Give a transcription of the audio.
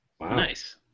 Nice